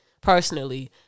personally